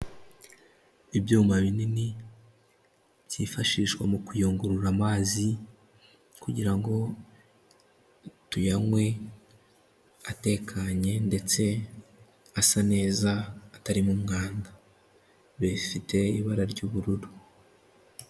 Ibyuma binini byifashishwa mu kuyungurura amazi kugira ngo tuyanywe atekanye ndetse asa neza atarimo umwanda. Bifite ibara ry'ubururu.